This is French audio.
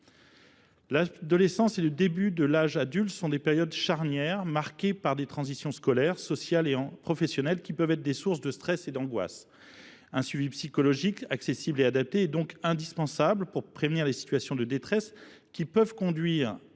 L’adolescence et le début de l’âge adulte sont des périodes charnières, marquées par des transitions scolaires, sociales et professionnelles qui peuvent être source de stress et d’angoisse. Un suivi psychologique accessible et adapté est donc indispensable pour prévenir les situations de détresse conduisant